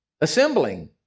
assembling